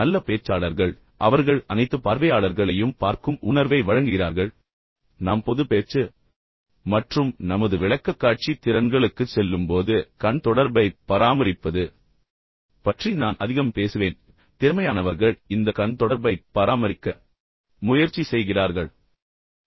நல்ல பேச்சாளர்கள் எனவே அவர்கள் அனைத்து பார்வையாளர்களையும் பார்க்கும் உணர்வை வழங்குகிறார்கள் நாம் பொதுப் பேச்சு மற்றும் நமது விளக்கக்காட்சி திறன்களுக்குச் செல்லும்போது கண் தொடர்பைப் பராமரிப்பது பற்றி நான் அதிகம் பேசுவேன் ஆனால் இப்போது திறமையானவர்கள் இந்த கண் தொடர்பைப் பராமரிக்க முயற்சி செய்கிறார்கள் என்பதை நீங்கள் நினைவில் கொள்ளுங்கள்